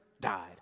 died